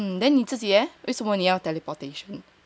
mm then 你自己 leh 为什么你要 teleportation